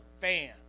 fan